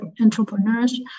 entrepreneurs